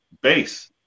base